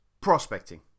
Prospecting